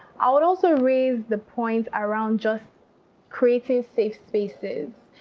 i would also raise the point around just creating safe spaces.